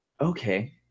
Okay